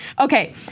Okay